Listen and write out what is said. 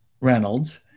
Reynolds